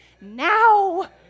now